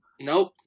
nope